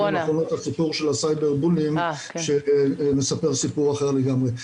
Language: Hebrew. האחרונות הסיפור של בריונות רשת שמספר סיפור אחר לגמרי.